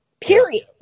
Period